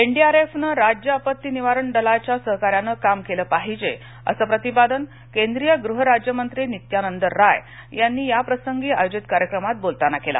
N D R F नं राज्य आपत्ती निवारण दलाच्या सहकार्याने काम केलं पाहिजे असं प्रतिपादन केंद्रीय गृह राज्यमंत्री नित्यानंद राय यांनी या प्रसंगी आयोजित कार्यक्रमात बोलताना केलं